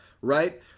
right